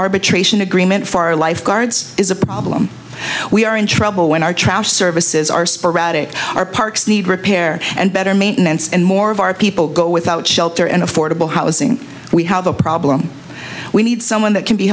arbitration agreement for lifeguards is a problem we are in trouble when our trash services are sporadic our parks need repair and better maintenance and more of our people go without shelter and affordable housing we have a problem we need someone that can be